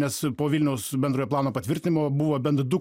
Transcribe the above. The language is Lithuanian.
nes po vilniaus bendrojo plano patvirtinimo buvo bent du